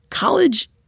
College